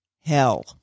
Hell